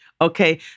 Okay